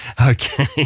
Okay